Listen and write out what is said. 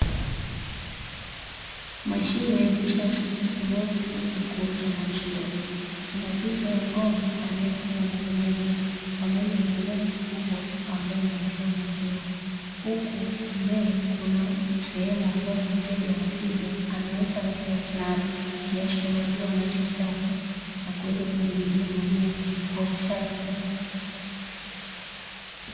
Mashine ya kisasa inayotumika kuuza maziwa ina picha ya ng'ombe anayekula majani pamoja na glasi kubwa ambayo inawekewa maziwa. Huku mbele kuna sehemu ambayo mteja anafika anaweka hela na kiasi cha maziwa anachotaka, na kuweza kujihudumia mwenyewe kwa usafi.